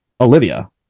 Olivia